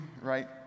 right